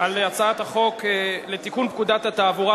על הצעת החוק לתיקון פקודת התעבורה.